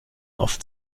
oft